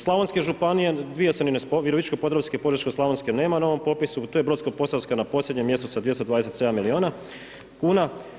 Slavonske županije, Virovitičko-podravska i Požeško-slavonske nema na ovom popisu, tu je Brodsko-posavska na posljednjem mjestu sa 227 milijuna kuna.